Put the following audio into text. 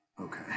Okay